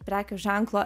prekių ženklo